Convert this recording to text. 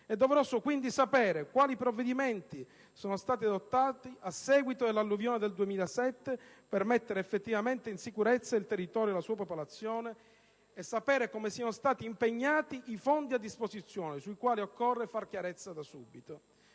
È doveroso, quindi, sapere quali provvedimenti sono stati adottati a seguito dell'alluvione del 2007 per mettere effettivamente in sicurezza il territorio e la sua popolazione e sapere come siano stati impiegati i fondi a disposizione, sui quali occorre far chiarezza da subito.